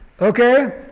Okay